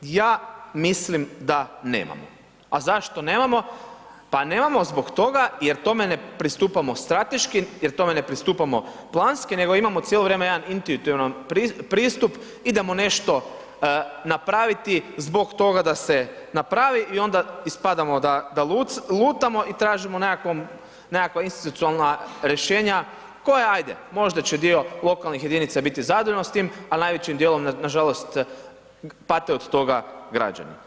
Ja mislim da nemamo, a zašto nemamo, pa nemamo zbog toga jer tome ne pristupamo strateški, jer tome ne pristupamo planski, nego imamo cijelo vrijeme jedan intuitivan pristup, idemo nešto napraviti zbog toga da se napravi i onda ispada da lutamo i tražimo nekakva institucionalna rješenja koja ajde možda će dio lokalnih jedinica biti zadovoljan s tim, a najvećim dijelom nažalost pate od toga građani.